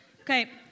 Okay